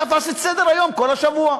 תפס את סדר-היום כל השבוע,